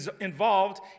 involved